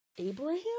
Abraham